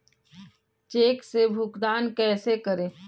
Check से भुगतान कैसे करें?